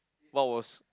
what was